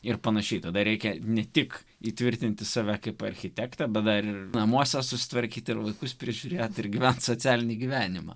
ir pan tada reikia ne tik įtvirtinti save kaip architektą bet dar namuose susitvarkyti ir vaikus prižiūrėti ir gyventi socialinį gyvenimą